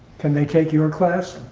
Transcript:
can they take your class?